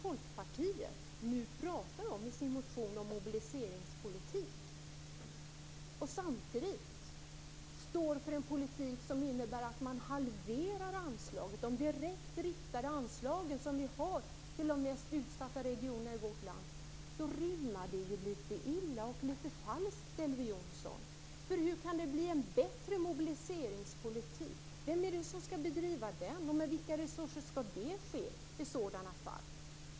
Folkpartiet skriver nu i sin motion om mobiliseringspolitik och står samtidigt för en politik som innebär att man halverar de anslag som riktas direkt till de mest utsatta regionerna i vårt land. Det rimmar litet illa och litet falskt, Elver Jonsson. Hur kan det bli en bättre mobiliseringspolitik? Vem är det som skall bedriva den, och med vilka resurser skall det ske i sådana fall?